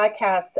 podcasts